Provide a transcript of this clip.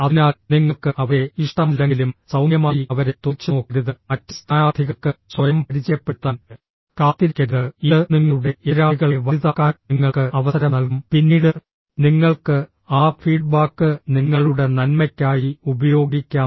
അതിനാൽ നിങ്ങൾക്ക് അവരെ ഇഷ്ടമല്ലെങ്കിലും സൌമ്യമായി അവരെ തുറിച്ചുനോക്കരുത് മറ്റ് സ്ഥാനാർത്ഥികൾക്ക് സ്വയം പരിചയപ്പെടുത്താൻ കാത്തിരിക്കരുത് ഇത് നിങ്ങളുടെ എതിരാളികളെ വലുതാക്കാൻ നിങ്ങൾക്ക് അവസരം നൽകും പിന്നീട് നിങ്ങൾക്ക് ആ ഫീഡ്ബാക്ക് നിങ്ങളുടെ നന്മയ്ക്കായി ഉപയോഗിക്കാം